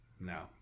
No